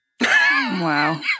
Wow